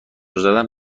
زدن